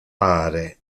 pare